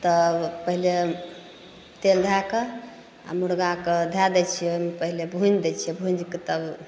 तब पहिले तेल दैके आओर मुरगाके धै दै छिए पहिले भुजि दै छिए भुजिके तब